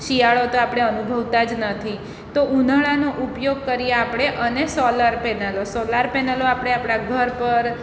શિયાળો તો આપણે અનુભવતા જ નથી તો ઉનાળાનો ઉપયોગ કરી આપણે અને સોલાર પેનલ તો સોલાર પેનલો આપણા ઘર પર